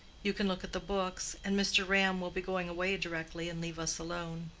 you can look at the books, and mr. ram will be going away directly and leave us alone.